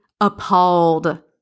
appalled